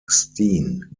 steen